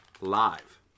live